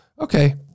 Okay